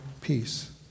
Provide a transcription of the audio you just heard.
peace